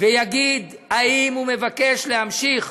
ויגיד אם הוא מבקש להמשיך